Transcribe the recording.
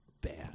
bad